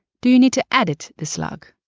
do you need to edit the slug?